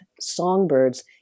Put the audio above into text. songbirds